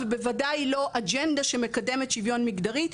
ובוודאי לא אג'נדה שמקדמת שוויון מגדרי,